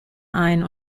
ein